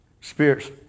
Spirit's